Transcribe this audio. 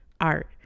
art